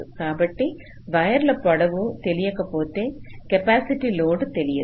కాబట్టి వైరు పొడవు తెలియక పోతే కెపాసిటీ లోడ్ తెలియదు